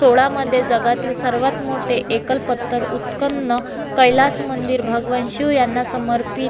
सोळामध्ये जगातील सर्वात मोठे एकल पत्थर उत्खनन कैलास मंदिर भगवान शिव यांना समर्पित